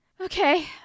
Okay